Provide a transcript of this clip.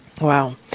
Wow